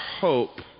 hope